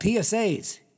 psa's